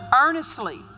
Earnestly